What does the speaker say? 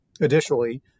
Additionally